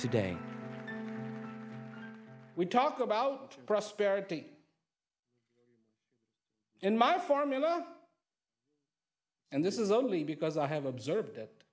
today we talk about prosperity in my formula and this is only because i have observed that